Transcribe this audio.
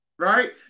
right